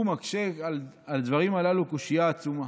הוא מקשה על הדברים הללו קושיה עצומה.